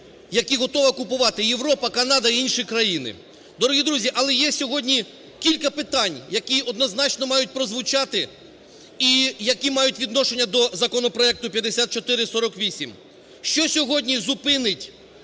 які готова купувати Європа, Канада і інші країни. Дорогі друзі, але є сьогодні кілька питань, які однозначно мають прозвучати і які мають відношення до законопроекту 5448. Що сьогодні зупинить